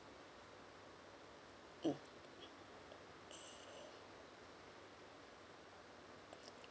mm